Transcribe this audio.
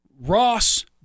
Ross